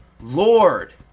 lord